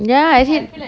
ya I hate